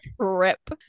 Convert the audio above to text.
trip